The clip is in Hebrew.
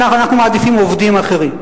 אנחנו מעדיפים עובדים אחרים.